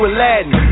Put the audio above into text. Aladdin